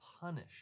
punish